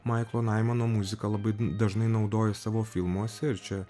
maiklo naimono muziką labai dažnai naudoja savo filmuose ir čia